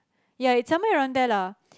ya it's somewhere around there lah